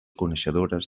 coneixedores